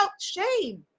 shame